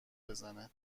بزنه